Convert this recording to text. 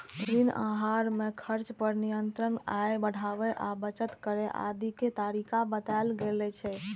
ऋण आहार मे खर्च पर नियंत्रण, आय बढ़ाबै आ बचत करै आदिक तरीका बतायल गेल छै